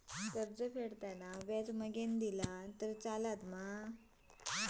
कर्ज फेडताना व्याज मगेन दिला तरी चलात मा?